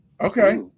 Okay